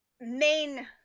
main